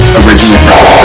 original